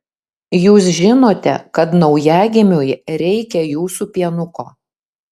jūs žinote kad naujagimiui reikia jūsų pienuko